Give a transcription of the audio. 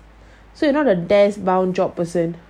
so you're not a desk bound job person